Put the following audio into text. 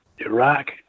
Iraq